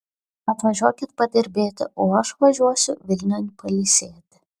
atvažiuokit padirbėti o aš važiuosiu vilniun pailsėti